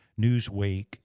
Newsweek